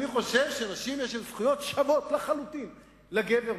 אני חושב שלנשים יש זכויות שוות לחלוטין לאלה של גבר.